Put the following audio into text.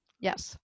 Yes